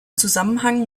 zusammenhang